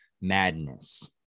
madness